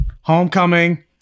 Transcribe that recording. Homecoming